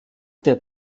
der